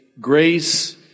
Grace